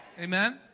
Amen